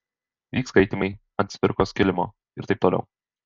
vyks skaitymai ant cvirkos kilimo ir taip toliau